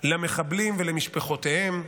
למחבלים ולמשפחותיהם,